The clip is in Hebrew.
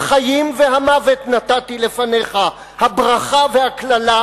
החיים והמוות נתתי לפניך, הברכה והקללה,